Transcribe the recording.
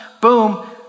boom